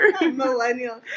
Millennial